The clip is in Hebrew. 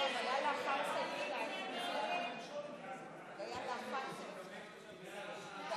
ההסתייגות (63) של קבוצת סיעת יש עתיד-תל"ם וקבוצת